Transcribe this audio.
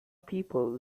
people